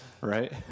Right